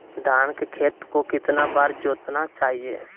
धान के खेत को कितना बार जोतना चाहिए?